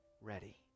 ready